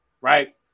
right